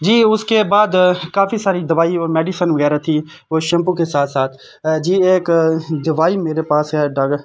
جی اس کے بعد کافی ساری دوائی اور میڈیسن وغیرہ تھی وہ شیمپو کے ساتھ ساتھ جی ایک دوائی میرے پاس ہے ڈاکٹر